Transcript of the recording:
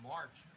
March